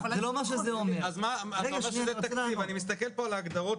אני מסתכל פה על ההגדרות,